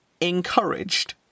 encouraged